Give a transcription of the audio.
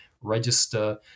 register